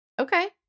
Okay